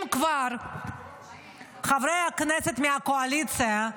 חברי הכנסת מהקואליציה,